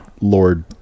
lord